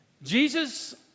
Jesus